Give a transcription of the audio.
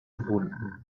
gebunden